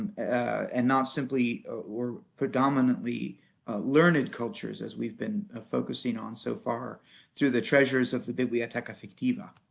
and and not simply or predominately learned cultures, as we've been ah focusing on so far through the treasures of the bibliotheca fictiva.